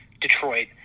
detroit